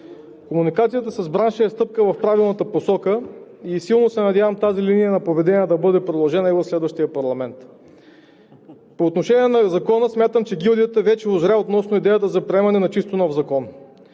Комуникацията с бранша е стъпка в правилната посока и силно се надявам тази линия на поведение да бъде продължена и в следващия парламент. По отношение на Закона смятам, че гилдията вече узря относно идеята за приемане на чисто нов закон.